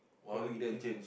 quarantine